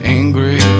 angry